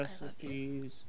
recipes